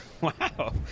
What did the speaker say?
Wow